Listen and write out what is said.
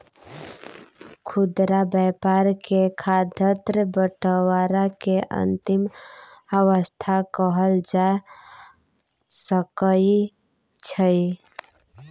खुदरा व्यापार के खाद्यान्न बंटवारा के अंतिम अवस्था कहल जा सकइ छइ